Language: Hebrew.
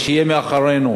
ושיהיה מאחורינו.